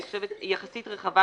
אני חושבת, יחסית רחבה,